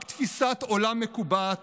רק תפיסת עולם מקובעת,